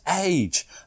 age